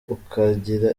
ukagira